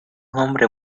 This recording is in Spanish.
hombre